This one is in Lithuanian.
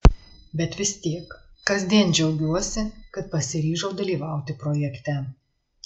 bet vis tiek kasdien džiaugiuosi kad pasiryžau dalyvauti projekte